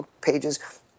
pages